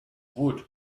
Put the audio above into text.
wood